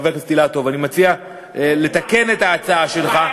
חבר הכנסת אילטוב, אני מציע לתקן את ההצעה שלך.